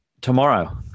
Tomorrow